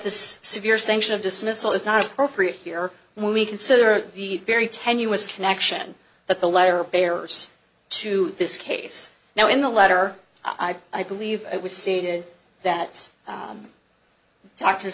this severe sanction of dismissal is not appropriate here when we consider the very tenuous connection that the letter bears to this case now in the letter i i believe we suited that doctors